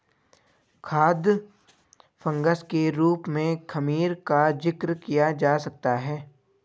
खाद्य फंगस के रूप में खमीर का जिक्र किया जा सकता है